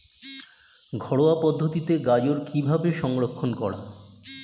ঘরোয়া পদ্ধতিতে গাজর কিভাবে সংরক্ষণ করা?